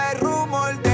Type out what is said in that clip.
rumor